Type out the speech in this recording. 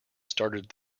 started